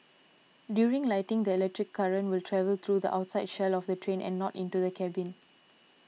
during lightning the electric current will travel through the outside shell of the train and not into the cabin